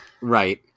Right